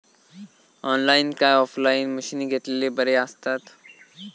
Online काय offline मशीनी घेतलेले बरे आसतात?